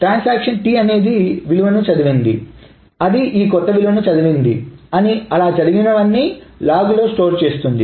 transaction T అనేది X విలువను చదివింది అది ఈ కొత్త విలువను చదివింది అని అలా జరిగినవన్నీ లాగ్ లో స్టోర్ చేస్తుంది